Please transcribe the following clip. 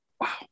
Wow